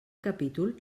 capítol